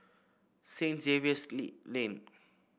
Saint Xavier's Lane